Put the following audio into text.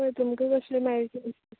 पळय तुमका कसले मेळटा